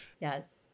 yes